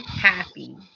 happy